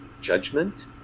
judgment